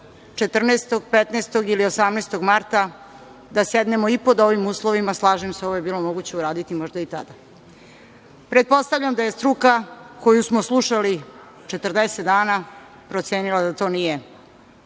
14, 15. ili 18. marta da sednemo i pod ovim uslovima, slažem se, ovo je bilo moguće uraditi možda i tada. Pretpostavljam da je struka koju smo slušali 40 dana procenila da to nije